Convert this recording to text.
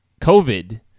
COVID